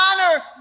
honor